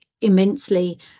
immensely